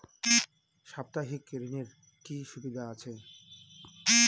সাপ্তাহিক ঋণের কি সুবিধা আছে?